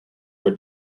for